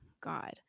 God